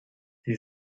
sie